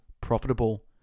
profitable